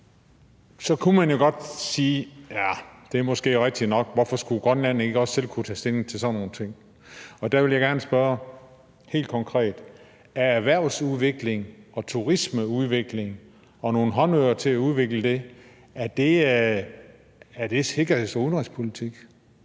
så kunne man jo godt sige, at det måske er rigtigt nok. For hvorfor skulle Grønland ikke også selv kunne tage stilling til sådan nogle ting? Og der vil jeg gerne spørge, helt konkret: Erhvervsudvikling og turismeudvikling og nogle håndører til at udvikle det, er det sikkerheds- og udenrigspolitik?